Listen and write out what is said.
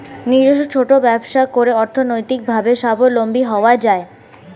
নিজস্ব ছোট ব্যবসা করে অর্থনৈতিকভাবে স্বাবলম্বী হওয়া যায়